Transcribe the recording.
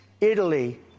Italy